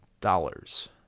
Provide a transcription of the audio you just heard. dollars